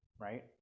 right